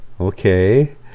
Okay